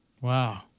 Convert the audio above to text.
Wow